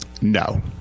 No